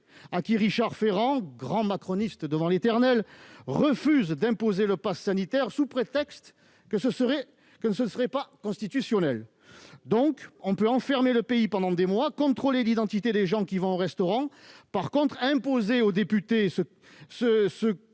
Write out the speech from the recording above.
à qui Richard Ferrand, grand macroniste devant l'Éternel, refuse d'imposer le passe sanitaire sous prétexte que ce serait anticonstitutionnel. Il a raison ! On peut donc enfermer le pays pendant des mois, contrôler l'identité des gens qui se rendent au restaurant ; mais pour ce qui d'imposer aux députés ce